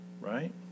right